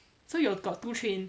so you got two train